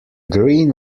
green